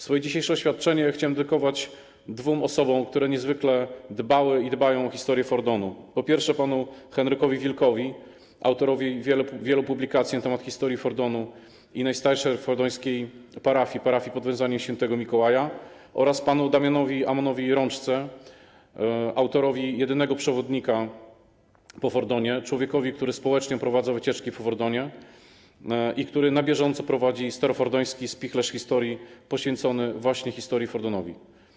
Swoje dzisiejsze oświadczenie chciałem dedykować dwóm osobom, które niezwykle dbały i dbają o historię Fordonu: panu Henrykowi Wilkowi, autorowi wielu publikacji na temat historii Fordonu i najstarszej fordońskiej parafii, parafii pw. św. Mikołaja, oraz panu Damianowi Amonowi Rączce, autorowi jedynego przewodnika po Fordonie, człowiekowi, który społecznie oprowadza wycieczki po Fordonie i który na bieżąco prowadzi Starofordoński Spichlerz Historii poświęcony właśnie historii Fordonu.